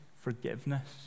forgiveness